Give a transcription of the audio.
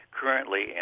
currently